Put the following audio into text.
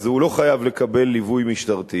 הוא לא חייב לקבל ליווי משטרתי.